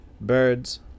Birds